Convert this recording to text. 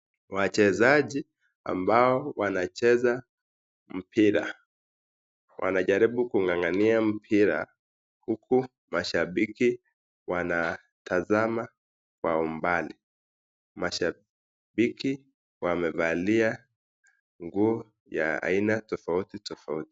Wachezaji ambao wanacheza mpira wanajaribu kung'ang'ania mpira huku mashabiki wanatazama kwa umbali mashabiki wamevalia nguo ya aina tofauti tofauti.